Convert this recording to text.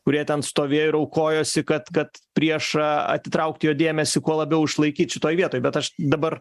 kurie ten stovėjo ir aukojosi kad kad priešą atitraukti jo dėmesį kuo labiau išlaikyt šitoj vietoj bet aš dabar